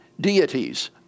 deities